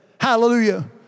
Hallelujah